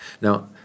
Now